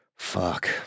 Fuck